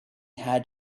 had